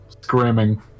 screaming